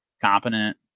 competent